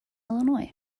illinois